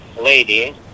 lady